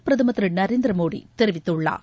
பிரதமர் திரு நரேந்திர மோடி தெரிவித்துள்ளார்